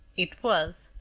it was.